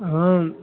हम